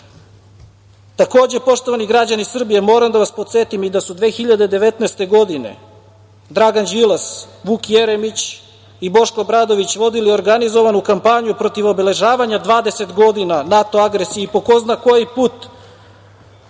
poštovani građani Srbije, moram da vas podsetim da su 2019. godine, Dragan Đilas, Vuk Jeremić i Boško Obradović vodili organizovanu kampanju protiv obeležavanja 20 godina NATO agresije i po ko zna koji put